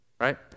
right